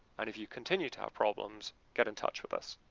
and if you continue to have problems, get in touch with us.